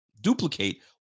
duplicate